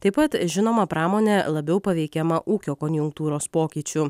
taip pat žinoma pramonė labiau paveikiama ūkio konjunktūros pokyčių